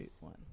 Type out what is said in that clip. one